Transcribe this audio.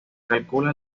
calcula